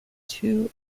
two